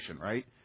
right